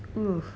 mm